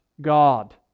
God